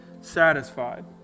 satisfied